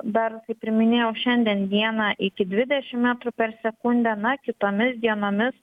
dar kaip ir minėjau šiandien dieną iki dvidešimt metrų per sekundę na kitomis dienomis